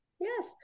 yes